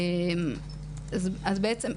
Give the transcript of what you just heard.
אז בעצם,